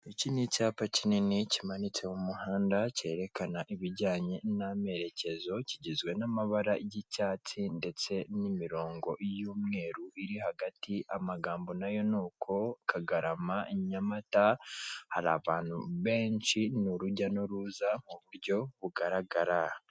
Iki nicyapa kinini kimanitse mumuhanda cyerekana ibijyanye namerekezo kigizwe n'amabara y'icyatsi ndetse nimirongo y'umweru iri hagati amagambo nayo nuko kagarama nyamata hari abantu benshi nurujya nuruza muburyo bugaragara.